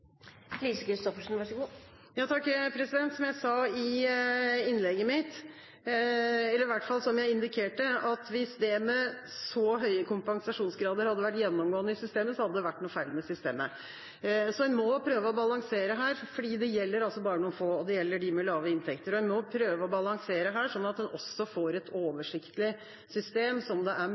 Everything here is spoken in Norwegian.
Som jeg sa i mitt innlegg, eller som jeg i hvert fall indikerte: Hvis så høye kompensasjonsgrader hadde vært gjennomgående i systemet, hadde det vært noe feil med systemet. Man må prøve å balansere, for det gjelder bare noen få, og det gjelder dem med lave inntekter. Man må prøve å balansere sånn at man også får et oversiktlig system som det er